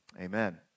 Amen